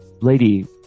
lady